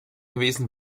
gewesen